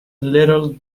little